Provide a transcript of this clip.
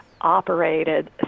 operated